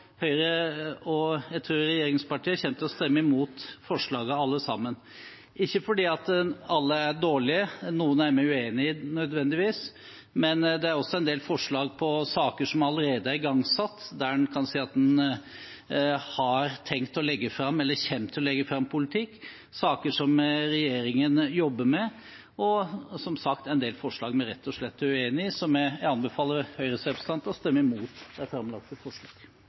til å stemme imot alle forslagene – ikke fordi alle er dårlige, noen er vi nødvendigvis uenige i, men det er også en del forslag om saker som allerede er igangsatt, og der en kan se at en har tenkt å legge fram eller kommer til å legge fram politikk, saker som regjeringen jobber med. Det er også, som sagt, en del forslag som vi rett og slett er uenig i. Så jeg anbefaler Høyres representanter å stemme imot